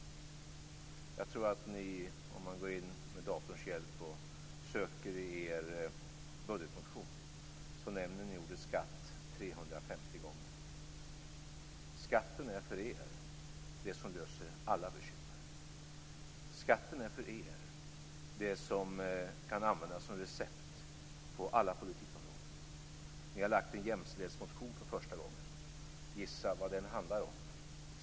Om man med datorns hjälp går in och söker i er budgetproposition tror jag att ni nämner ordet skatt 350 gånger. Skatten är för er det som löser alla bekymmer. Skatten kan för er användas som recept på alla politikområden. Ni har lagt fram en jämställdhetsmotion för första gången. Gissa vad den handlar om!